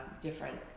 different